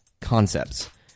Concepts